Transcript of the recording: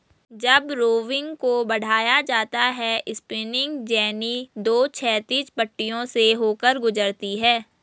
जब रोविंग को बढ़ाया जाता है स्पिनिंग जेनी दो क्षैतिज पट्टियों से होकर गुजरती है